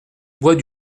bois